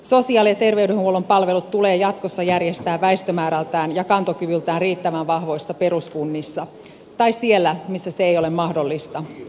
sosiaali ja terveydenhuollon palvelut tulee jatkossa järjestää väestömäärältään ja kantokyvyltään riittävän vahvoissa peruskunnissa tai siellä missä se ei ole mahdollista sosiaali ja terveysalueilla